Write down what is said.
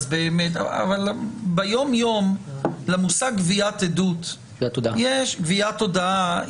אבל ביום יום למושג גביית הודעה יש,